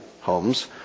homes